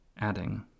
adding